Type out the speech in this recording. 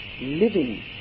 living